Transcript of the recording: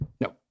No